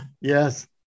Yes